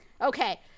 okay